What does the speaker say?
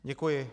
Děkuji.